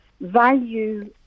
value